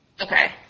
Okay